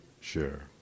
share